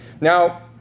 Now